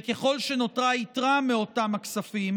וככל שנותרה יתרה מאותם הכספים,